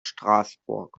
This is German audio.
straßburg